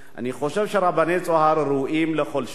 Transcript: אני חושב שרבני "צהר" ראויים לכל שבח.